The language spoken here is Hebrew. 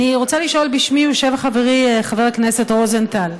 אני רוצה לשאול בשמי ובשם חברי חבר הכנסת רוזנטל.